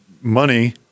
money—